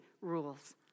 rules